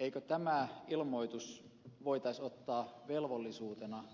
eikö tämä ilmoitus voitaisi ottaa velvollisuutena